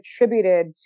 attributed